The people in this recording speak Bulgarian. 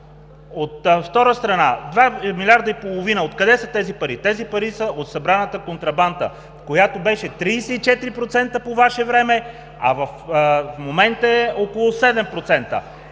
От втора страна – 2,5 милиарда. Откъде са тези пари? Тези пари са от събраната контрабанда, която беше 34% по Ваше време, а в момента е около 7%.